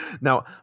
Now